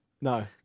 No